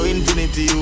Infinity